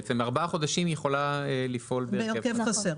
ארבעה חודשים היא יכולה לפעול בהרכב חסר.